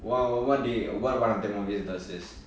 !wow! what they what one one of alwasy does it